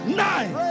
nine